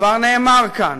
כבר נאמר כאן